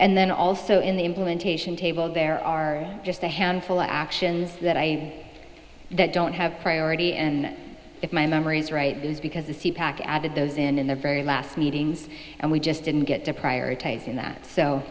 and then also in the implementation table there are just a handful of actions that i that don't have priority and if my memory is right that is because the c pac added those in the very last meetings and we just didn't get to prioritize in that so